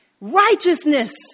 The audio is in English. Righteousness